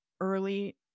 early